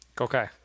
Okay